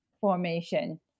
formation